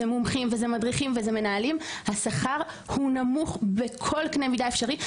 זה מומחים וזה מדריכים וזה מנהלים השכר הוא נמוך בכל קנה מידה אפשרי.